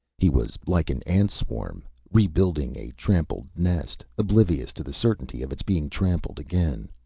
he was like an ant-swarm, rebuilding a trampled nest oblivious to the certainty of its being trampled again.